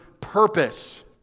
purpose